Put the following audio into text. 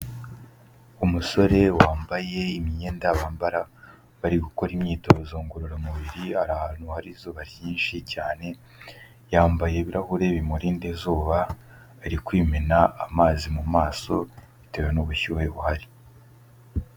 Umusore wambaye imyenda bambara bari gukora imyitozo ngororamubiri, ari ahantu hari izuba ryinshi cyane, yambaye ibirahurire bimurinda izuba, ari kwimena amazi mu maso bitewe n'ubushyuhe buhari.